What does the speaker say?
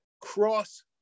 Cross